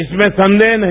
इसमें संदेह नहीं